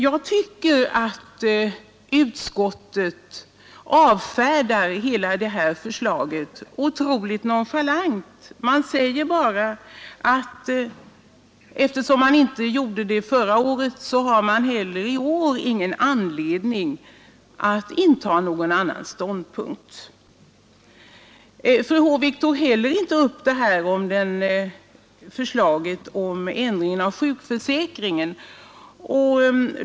Jag tycker att utskottet avfärdar det här förslaget otroligt nonchalant. Man säger bara att eftersom man inte tillstyrkte motionen förra året har man inte i år anledning att inta någon annan ståndpunkt. Fru Håvik tog heller inte upp förslaget om ändring av sjukförsäkringen.